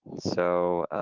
so,